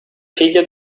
figlia